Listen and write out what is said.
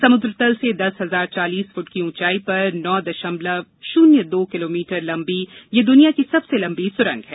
समुद्रतल से दस हजार चालीस फुट की ऊंचाई पर नौ दशमलव शून्य दो किलोमीटर लंबी यह दुनिया की सबसे लंबी सुरंग है